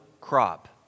crop